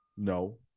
No